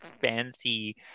fancy